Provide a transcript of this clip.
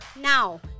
Now